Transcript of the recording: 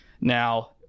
Now